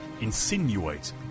insinuate